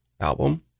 album